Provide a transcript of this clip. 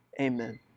Amen